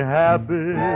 happy